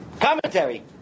Commentary